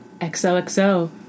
XOXO